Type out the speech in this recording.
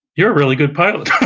you're a really good pilot.